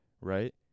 Right